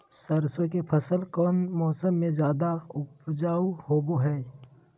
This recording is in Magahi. सरसों के फसल कौन मौसम में ज्यादा उपजाऊ होबो हय?